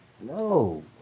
no